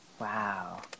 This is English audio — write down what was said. Wow